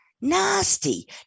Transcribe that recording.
nasty